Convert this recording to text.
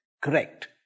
Correct